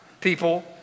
people